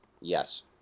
Yes